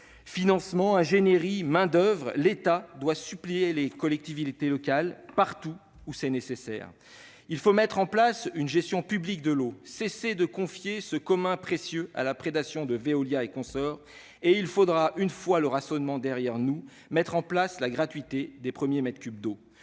Financement, ingénierie, main-d'oeuvre, l'État doit suppléer les collectivités locales partout où c'est nécessaire. Il faut mettre en place une gestion publique de l'eau et cesser de confier ce commun précieux à la prédation de Veolia et consorts. Et il faudra, le rationnement passé, instaurer la gratuité des premiers mètres cubes d'eau